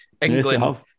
England